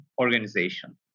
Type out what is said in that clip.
organization